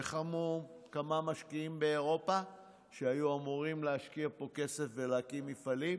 איך אמרו כמה משקיעים באירופה שהיו אמורים להשקיע פה כסף ולהקים מפעלים?